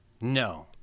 No